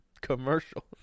commercial